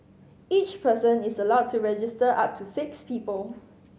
each person is allowed to register up to six people